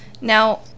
now